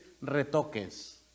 retoques